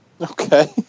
Okay